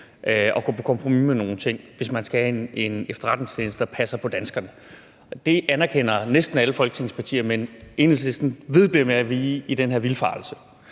at gå på kompromis med nogle ting, hvis man skal have en efterretningstjeneste, der passer på danskerne. Det anerkender næsten alle Folketingets partier, men Enhedslisten vedbliver med at være i den her vildfarelse.